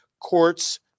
courts